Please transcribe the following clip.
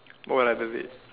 what would I delete